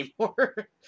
anymore